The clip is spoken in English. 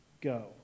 go